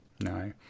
No